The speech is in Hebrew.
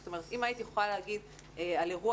זאת אומרת אם הייתי יכולה להגיד על אירוע